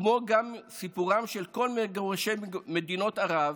כמו גם סיפורם של כל מגורשי מדינות ערב,